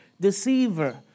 deceiver